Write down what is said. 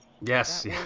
yes